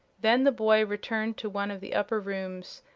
then the boy returned to one of the upper rooms,